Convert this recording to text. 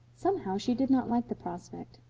somehow she did not like the prospect.